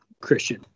Christian